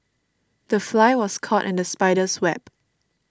the fly was caught in the spider's web